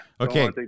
Okay